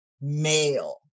male